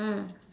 mm